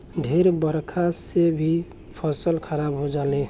ढेर बरखा से भी फसल खराब हो जाले